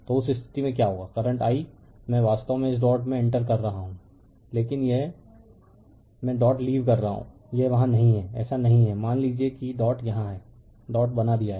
तो उस स्थिति में क्या होगा करंट I मैं वास्तव में इस डॉट में इंटर कर रहा हूं लेकिन यह मैं डॉट लीव कर रहा हूं यह वहां नहीं है ऐसा नहीं है मान लीजिए कि डॉट यहां है डॉट बना दिया है